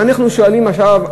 אבל אנחנו שואלים עכשיו,